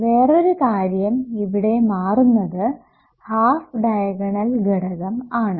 വേറൊരു കാര്യം ഇവിടെ മാറുന്നത് ഹാഫ് ഡയഗണൽ ഘടകം ആണ്